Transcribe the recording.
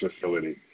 facility